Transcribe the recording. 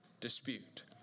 dispute